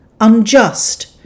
unjust